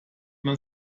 man